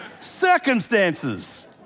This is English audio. Circumstances